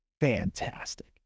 fantastic